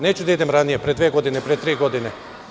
Neću da idem ranije, pre dve godine, pre tri godine.